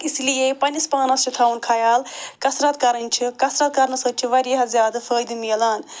اِسی لیے پنٛنِس پانَس چھِ تھاوُن خیال کثرت کرٕنۍ چھِ کثرت کرنہٕ سۭتۍ چھِ واریاہ زیادٕ فٲیدٕ مِلان